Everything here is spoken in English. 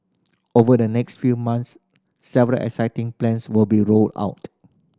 over the next few months several exciting plans will be rolled out